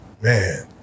Man